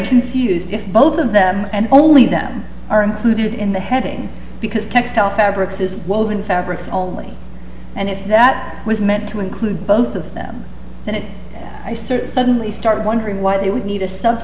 confused if both of them and only them are included in the heading because textile fabrics is woven fabrics only and if that was meant to include both of them and it i certainly start wondering why they would need a